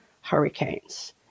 hurricanes